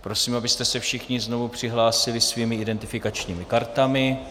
Prosím, abyste se všichni znovu přihlásili svými identifikačními kartami.